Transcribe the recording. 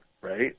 right